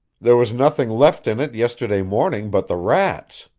there was nothing left in it yesterday morning but the rats.